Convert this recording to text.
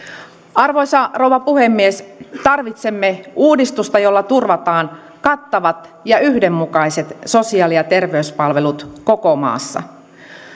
arvoisa rouva puhemies tarvitsemme uudistusta jolla turvataan kattavat ja yhdenmukaiset sosiaali ja terveyspalvelut koko maassa